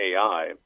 AI